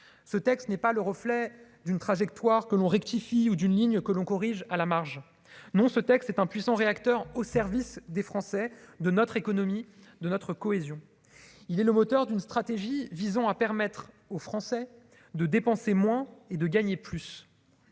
ce texte n'est pas le reflet d'une trajectoire que l'on rectifie ou d'une ligne que l'on corrige à la marge, non, ce texte est impuissant, rédacteur au service des Français de notre économie, de notre cohésion, il est le moteur d'une stratégie visant à permettre aux Français de dépenser moins et de gagner plus,